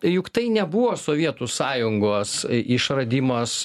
juk tai nebuvo sovietų sąjungos išradimas